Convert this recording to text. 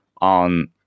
on